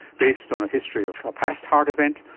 based on a history of a past heart event,